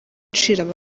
agaciro